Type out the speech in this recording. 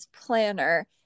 planner